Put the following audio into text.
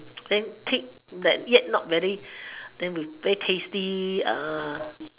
then pick that yet not very then very tasty uh